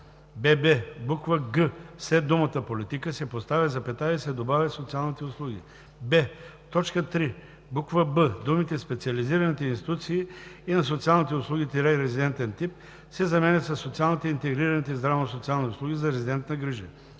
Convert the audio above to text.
в буква „г“ след думата „политика“ се поставя запетая и се добавя „социалните услуги“; б) в т. 3, буква „б“ думите „специализираните институции и на социалните услуги – резидентен тип“ се заменят със „социалните и интегрираните здравно-социални услуги за резидентна грижа“;